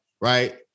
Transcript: Right